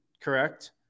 correct